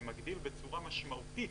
זה מגדיל בצורה משמעותית